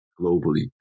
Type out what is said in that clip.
globally